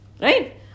Right